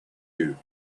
you